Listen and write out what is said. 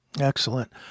Excellent